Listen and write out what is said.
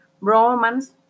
romance